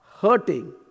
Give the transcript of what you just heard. hurting